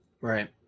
Right